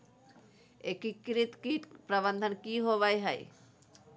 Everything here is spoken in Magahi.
एकीकृत कीट प्रबंधन की होवय हैय?